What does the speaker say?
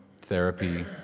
therapy